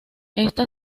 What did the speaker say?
esta